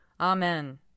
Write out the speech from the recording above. Amen